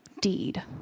deed